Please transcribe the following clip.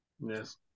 Yes